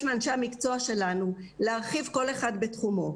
מאנשי המקצוע שלנו להרחיב כל אחד בתחומו.